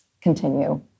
continue